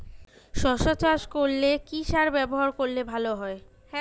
শশা চাষ করলে কি সার ব্যবহার করলে ভালো হয়?